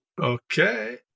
Okay